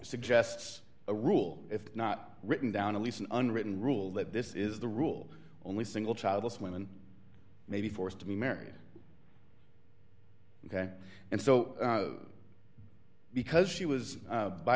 suggests a rule if not written down at least an unwritten rule that this is the rule only single childless women may be forced to be married ok and so because she was